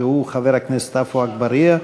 שהוא חבר הכנסת עפו אגבאריה.